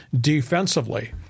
defensively